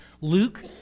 Luke